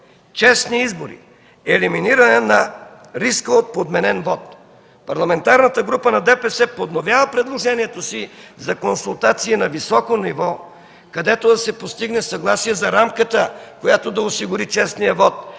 честни избори, елиминиране на риска от подменен вот. Парламентарната група на ДПС подновява предложението си за консултации на високо ниво, където да се постигне съгласие за рамката, която да осигури честния вот,